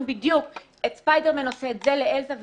בדיוק את ספיידרמן עושה את זה לאלזה,